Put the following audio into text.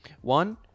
One